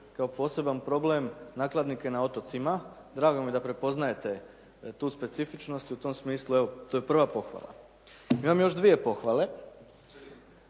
kao poseban problem nakladnike na otocima. Drago mi je da prepoznajete tu specifičnost i u tom smislu evo to je prva pohvala. Imam još dvije pohvale.